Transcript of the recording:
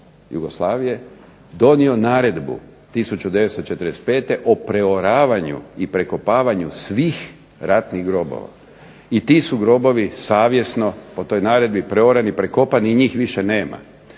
Jugoslavije, donio naredbu 1945. o preoravanju i prekopavanju svih ratnih grobova. I ti su grobovi savjesno po toj naredbi preorani i prekopani i njih više nema,